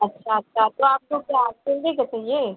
अच्छा अच्छा तो आपको क्या का चाहिए